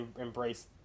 embrace